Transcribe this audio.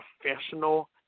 professional